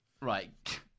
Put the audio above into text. Right